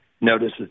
notices